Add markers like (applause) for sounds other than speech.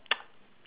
(noise)